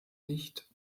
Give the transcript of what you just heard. nicht